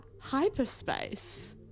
hyperspace